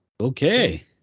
okay